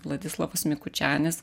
vladislovas mikučianis